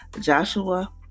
Joshua